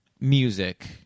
music